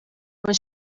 when